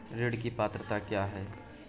ऋण की पात्रता क्या है?